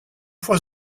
fois